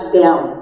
down